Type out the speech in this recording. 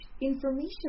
information